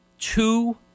Two